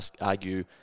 argue